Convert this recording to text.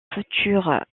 future